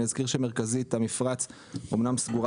אני אזכיר שמרכזית המפרץ אמנם סגורה